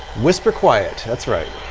whisper quiet, that's right.